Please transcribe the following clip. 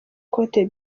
cote